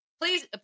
Please